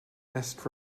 best